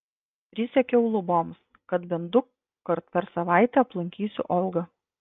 prisiekiau luboms kad bent dukart per savaitę aplankysiu olgą